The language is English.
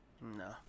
no